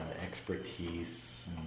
expertise